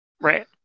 right